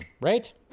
right